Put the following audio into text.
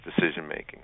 decision-making